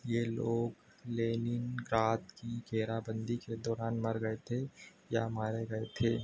ये लोग लेनिनग्राद की घेराबन्दी के दौरान मर गए थे या मारे गए थे